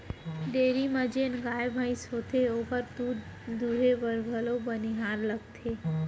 dairy म जेन गाय भईंस होथे ओकर दूद दुहे बर घलौ बनिहार रखथें